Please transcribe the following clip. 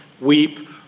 weep